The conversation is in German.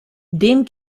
dem